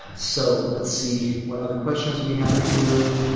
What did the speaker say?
so, let's see what other questions we have here.